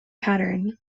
pattern